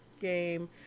game